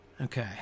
Okay